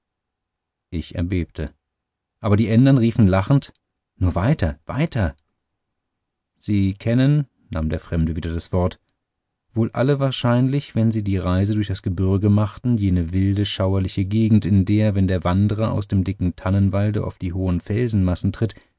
ich erbebte aber die ändern riefen lachend nur weiter weiter sie kennen nahm der fremde wieder das wort wohl alle wahrscheinlich wenn sie die reise durch das gebürge machten jene wilde schauerliche gegend in der wenn der wanderer aus dem dicken tannenwalde auf die hohen felsenmassen tritt